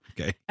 Okay